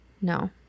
no